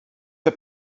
für